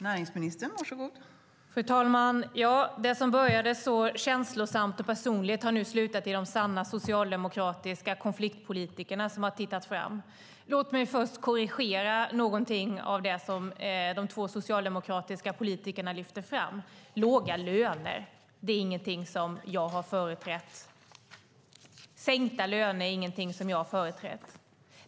Fru talman! Det som började så känslosamt och personligt har nu slutat i de sanna socialdemokratiska konfliktpolitikerna, som har tittat fram. Låt mig först korrigera någonting av det som de två socialdemokratiska politikerna lyfte fram. Låga löner är ingenting som jag har företrätt. Sänkta löner är ingenting som jag har företrätt.